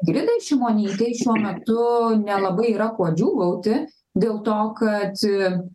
grynai šimonytei šiuo metu nelabai yra ko džiūgauti dėl to kad